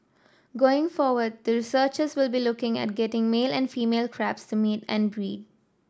going forward the researchers will be looking at getting male and female crabs to mate and breed